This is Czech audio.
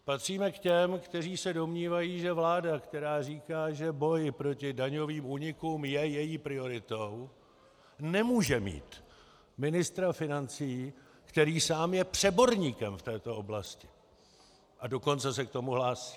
Patříme k těm, kteří se domnívají, že vláda, která říká, že boj proti daňovým únikům je její prioritou, nemůže mít ministra financí, který sám je přeborníkem v této oblasti, a dokonce se k tomu hlásí.